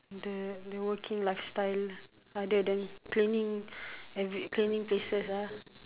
the the working lifestyle other than cleaning every cleaning places ah